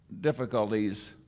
difficulties